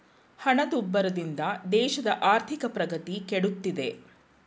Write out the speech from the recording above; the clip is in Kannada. ಹಣದುಬ್ಬರದಿಂದ ದೇಶದ ಆರ್ಥಿಕ ಪ್ರಗತಿ ಕೆಡುತ್ತಿದೆ